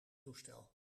toestel